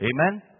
Amen